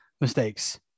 mistakes